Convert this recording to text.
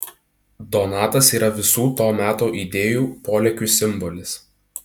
donatas yra visų to meto idėjų polėkių simbolis